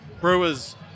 brewers